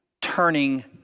turning